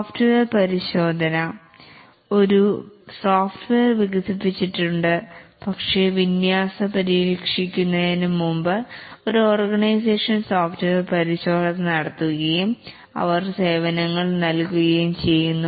software പരിശോധന ഒരു software വികസിപ്പിച്ചെടുത്തിട്ടുണ്ട് പക്ഷേ വിന്യാസ പരീക്ഷിക്കുന്നതിന് മുൻപ് ഒരു ഓർഗനൈസേഷൻ സോഫ്റ്റ്വെയർ പരിശോധന നടത്തുകയും അവർ സേവനങ്ങൾ നൽകുകയും ചെയ്യുന്നു